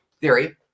theory